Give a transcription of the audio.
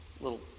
little